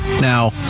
now